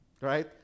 right